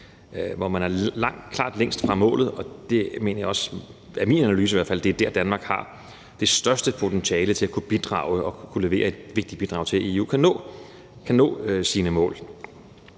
hvor man er klart længst fra målet, og det er der – det er i hvert fald min analyse – hvor Danmark har det største potentiale til at kunne bidrage og levere et vigtigt bidrag til, at EU kan nå sine mål.